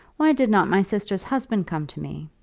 why did not my sister's husband come to me?